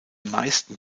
meisten